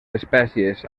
espècies